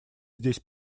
здесь